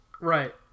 Right